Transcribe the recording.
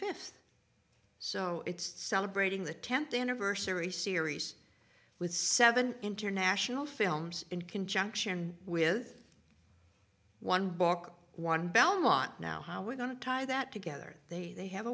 fifth so it's celebrating the tenth anniversary series with seven international films in conjunction with one book one belmont now we're going to tie that together they